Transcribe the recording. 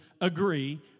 agree